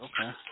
Okay